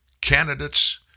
candidates